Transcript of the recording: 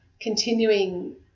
continuing